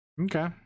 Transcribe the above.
Okay